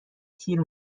تیر